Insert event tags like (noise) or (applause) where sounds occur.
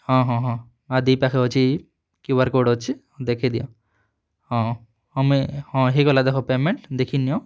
ହଁ ହଁ ହଁ (unintelligible) ପାଖେ ଅଛି କ୍ୟୁ ଆର୍ କୋଡ଼୍ ଅଛି ଦେଖି ଦିଅ ହଁ ହଁ ମୁଇ ହଁ ହେଇଗଲା ଦେଖ ପେମେଣ୍ଟ ଦେଖି ନିଅ